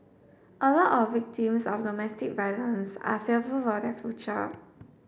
a lot of victims of domestic violence are fearful for their future